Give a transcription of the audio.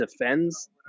defends